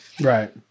Right